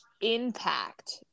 impact